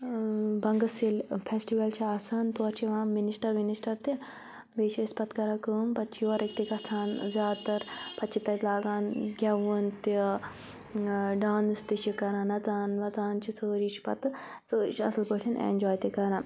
بَنٛگَس ییٚلہِ فیٚسٹِوَل چھِ آسان تور چھِ یِوان مِنِسٹَر وِنِسٹَر تہِ بیٚیہِ چھِ أسۍ پَتہٕ کَران کٲم پَتہٕ چھِ یورٕکۍ تہِ گَژھان زیادٕ تَر پَتہٕ چھِ تَتہِ لاگان گیٚوُن تہِ ٲں ڈانٕس تہِ چھِ کَران نَژان وَژان چھِ سٲری چھِ پَتہٕ سٲری چھِ اصٕل پٲٹھۍ ایٚنجواے تہِ کَران